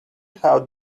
how